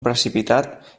precipitat